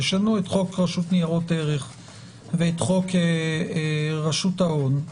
ישנו את חוק רשות ניירות ערך ואת חוק רשות ההון,